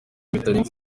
bitarenze